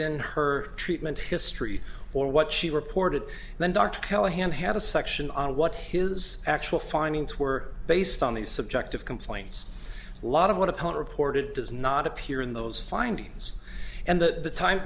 in her treatment history or what she reported then dr callahan had a section on what his actual findings were based on the subject of complaints lot of what opponent reported does not appear in those findings and that the time